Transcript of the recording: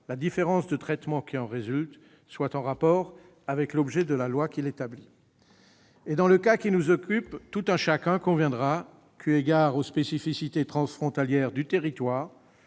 la différence de traitement qui en résulte soit en rapport avec l'objet de la loi qui l'établit ». Dans le cas qui nous occupe, chacun conviendra que, eu égard aux spécificités transfrontalières du territoire,